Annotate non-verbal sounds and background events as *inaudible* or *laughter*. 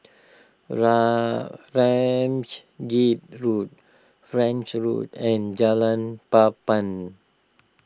*noise* Ramsgate Road French Road and Jalan Papan